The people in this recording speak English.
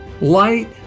Light